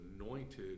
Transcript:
anointed